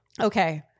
Okay